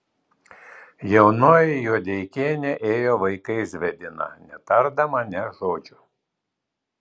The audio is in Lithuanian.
jaunoji juodeikienė ėjo vaikais vedina netardama nė žodžio